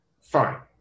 Fine